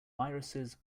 viruses